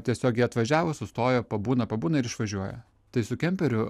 tiesiog jie atvažiavo sustojo pabūna pabūna ir išvažiuoja tai su kemperiu